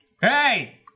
hey